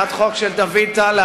הצעת החוק של דוד טל,